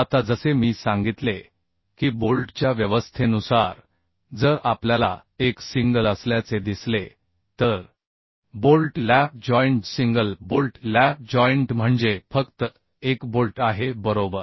आता जसे मी सांगितले की बोल्टच्या व्यवस्थेनुसार जर आपल्याला एक सिंगल असल्याचे दिसले तर bolt lap joint single bolt lap joint म्हणजे फक्त एक बोल्ट आहे बरोबर